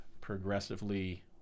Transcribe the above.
progressively